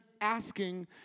asking